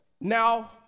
Now